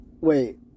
Wait